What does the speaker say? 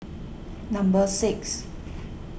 number six